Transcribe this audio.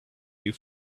you